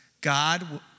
God